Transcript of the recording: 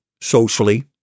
socially